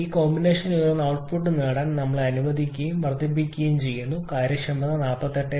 ഈ കോമ്പിനേഷൻ ഉയർന്ന ഔട്ട്പുട്ട് നേടാൻ ഞങ്ങളെ അനുവദിക്കുകയും വർദ്ധിപ്പിക്കുകയും ചെയ്യുന്നു കാര്യക്ഷമത 48